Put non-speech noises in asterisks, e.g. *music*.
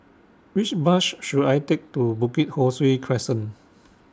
Which Bus *noise* should I Take to Bukit Ho Swee Crescent